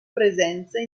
presenza